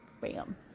bam